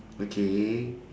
okay